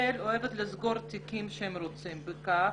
ישראל אוהבת לסגור תיקים כשהיא רוצה בכך.